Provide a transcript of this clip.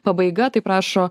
pabaiga taip rašo